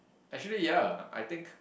actually ya I think